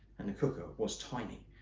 and the cooker was tiny.